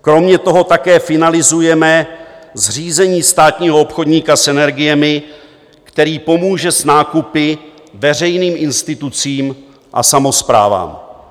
Kromě toho také finalizujeme zřízení státního obchodníka s energiemi, který pomůže s nákupy veřejným institucím a samosprávám.